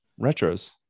Retros